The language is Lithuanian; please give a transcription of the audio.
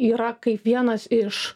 yra kaip vienas iš